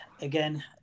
again